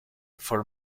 for